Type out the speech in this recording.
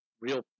real